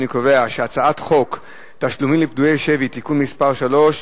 אני קובע שהצעת חוק תשלומים לפדויי שבי (תיקון מס' 3),